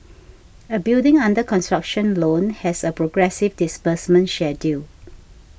a building under construction loan has a progressive disbursement schedule